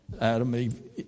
Adam